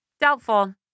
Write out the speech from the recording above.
Doubtful